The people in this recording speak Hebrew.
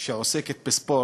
שעוסקת בספורט,